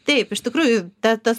taip iš tikrųjų ta tas